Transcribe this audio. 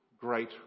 great